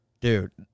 Dude